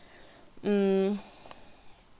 mm